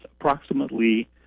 approximately